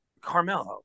Carmelo